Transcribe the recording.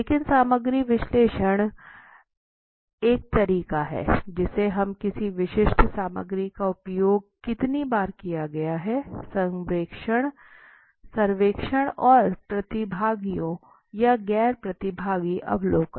लेकिन सामग्री विश्लेषण एक तरीका है जिससे हम किसी विशिष्ट सामग्री का उपयोग कितनी बार किया गया हैं सर्वेक्षण और प्रतिभागियों या गैर प्रतिभागी अवलोकन